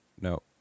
No